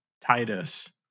Titus